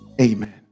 Amen